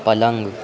पलंग